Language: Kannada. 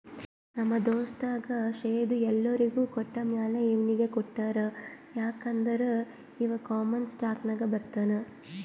ನಮ್ ದೋಸ್ತಗ್ ಶೇರ್ದು ಎಲ್ಲೊರಿಗ್ ಕೊಟ್ಟಮ್ಯಾಲ ಇವ್ನಿಗ್ ಕೊಟ್ಟಾರ್ ಯಾಕ್ ಅಂದುರ್ ಇವಾ ಕಾಮನ್ ಸ್ಟಾಕ್ನಾಗ್ ಬರ್ತಾನ್